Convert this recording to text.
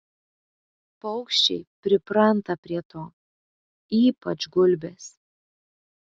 paukščiai pripranta prie to ypač gulbės